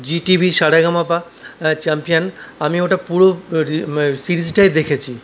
জি TV Saregamapa champion আমি ওটা পুরো সিরিজটাই দেখেছি